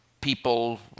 people